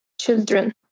children